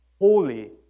holy